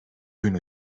gün